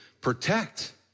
protect